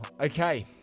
okay